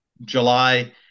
July